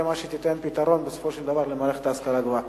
זה מה שייתן פתרון בסופו של דבר למערכת ההשכלה הגבוהה.